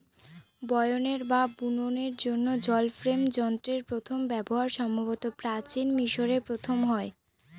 বয়নের বা বুননের জন্য জল ফ্রেম যন্ত্রের প্রথম ব্যবহার সম্ভবত প্রাচীন মিশরে প্রথম হয়